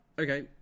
Okay